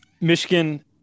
Michigan